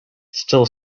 still